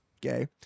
gay